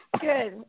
Good